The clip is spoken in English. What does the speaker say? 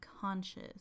conscious